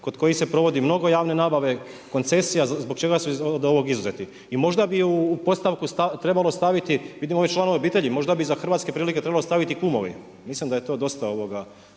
kod kojih se provodi mnogo javne nabave, koncesija zbog čega su od ovog izuzeti. I možda bi u postavku trebalo staviti, vidimo ove članove obitelji, možda bi za hrvatske prilike trebalo staviti kumovi, mislim da je to dosta kod